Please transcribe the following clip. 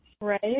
Right